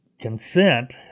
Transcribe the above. consent